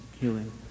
healing